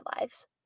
lives